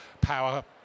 power